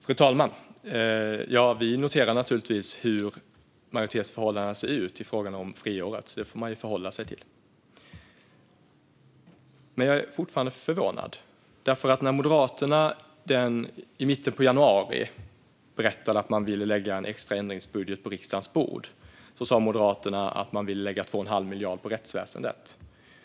Fru talman! Vi noterar naturligtvis hur majoritetsförhållandena ser ut i fråga om friåret, så det får man förhålla sig till. Jag är fortfarande förvånad, för när Moderaterna i mitten av januari berättade att man ville lägga en extra ändringsbudget på riksdagens bord sa man att man ville lägga 2 1⁄2 miljard på rättsväsendet.